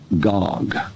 Gog